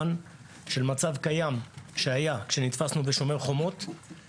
מצב קיים שהיה ב-"שומר החומות" על השולחן.